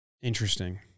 Interesting